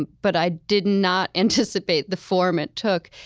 but i did not anticipate the form it took.